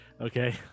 okay